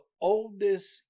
oldest